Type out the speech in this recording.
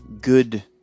good